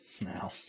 No